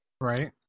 Right